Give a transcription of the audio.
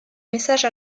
message